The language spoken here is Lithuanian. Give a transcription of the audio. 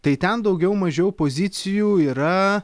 tai ten daugiau mažiau pozicijų yra